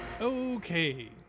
Okay